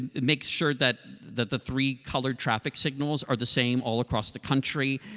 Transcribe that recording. and makes sure that that the three colored traffic signals are the same all across the country.